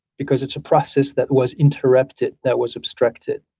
because it's a process that was interrupted, that was obstructed.